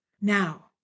Now